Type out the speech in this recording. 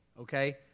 okay